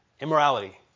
immorality